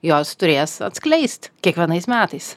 jos turės atskleist kiekvienais metais